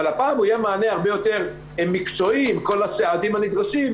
אבל הפעם הוא יהיה מענה הרבה יותר מקצועי עם כל הסעדים הנדרשים,